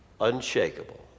unshakable